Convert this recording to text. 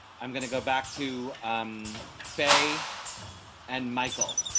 i'm going to go back to faye and michael